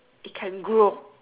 it can grow